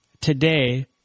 today